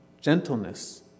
gentleness